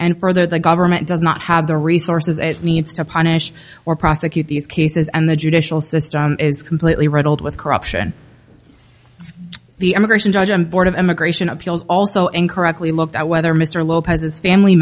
and further the government does not have the resources it needs to punish or prosecute these cases and the judicial system is completely riddled with corruption the immigration judge and board of immigration appeals also incorrectly looked at whether mr lopez's family